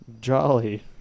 jolly